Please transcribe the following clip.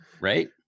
Right